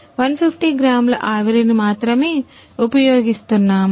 150 గ్రాముల ఆవిరిని మాత్రమే ఉపయోగిస్తున్నాము